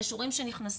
יש הורים שנכנסים,